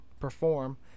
perform